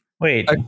Wait